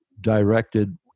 directed